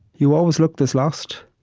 you always look this lost?